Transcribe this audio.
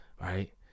Right